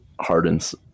Harden's